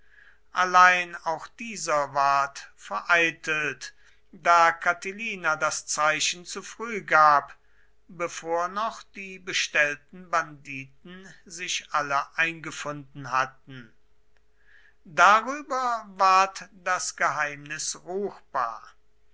allein auch dieser ward vereitelt da catilina das zeichen zu früh gab bevor noch die bestellten banditen sich alle eingefunden hatten darüber ward das geheimnis ruchbar